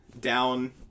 down